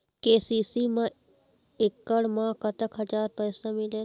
KCC मा एकड़ मा कतक हजार पैसा मिलेल?